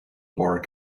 bar